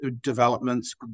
developments